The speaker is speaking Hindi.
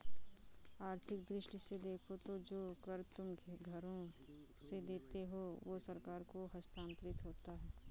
आर्थिक दृष्टि से देखो तो जो कर तुम घरों से देते हो वो सरकार को हस्तांतरित होता है